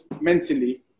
mentally